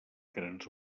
grans